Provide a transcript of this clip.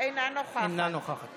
החלטת ועדת השרים היא, בסיכום עם המציעה,